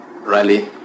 rally